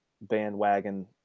bandwagon